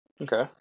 Okay